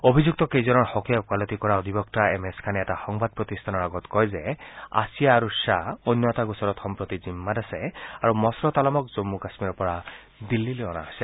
অভিযুক্ত কেইজনৰ হকে ওকালতি কৰা অধিবক্তা এম এছ খানে এটা সংবাদ প্ৰতিষ্ঠানৰ আগত কয় যে আচিয়া আৰু খাহ অন্য এটা গোচৰত সম্প্ৰতি জিম্মাত আছে আৰু মছৰৎ আলমক জম্মু কাশ্মীৰৰ পৰা দিল্লীলৈ অনা হৈছে